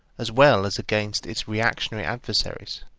as well as against its reactionary adversaries?